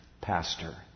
pastor